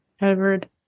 Edward